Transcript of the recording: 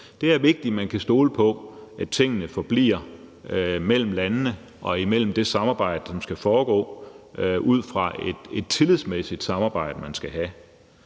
Det er vigtigt, at man kan stole på, at tingene forbliver mellem landene og inden for det samarbejde, som skal foregå, ud fra et tillidsmæssigt samarbejde, man skal have.